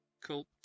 Cool